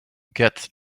gets